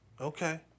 Okay